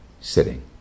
sitting